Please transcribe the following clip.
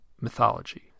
mythology